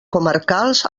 comarcals